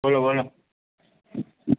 બોલો